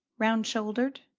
round-shouldered,